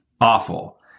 awful